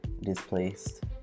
displaced